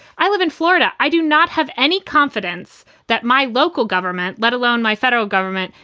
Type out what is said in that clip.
i live in florida. i do not have any confidence that my local government, let alone my federal government,